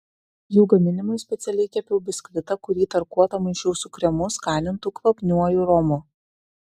jų gaminimui specialiai kepiau biskvitą kurį tarkuotą maišiau su kremu skanintu kvapniuoju romu